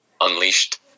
unleashed